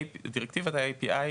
דירקטיבת ה-API,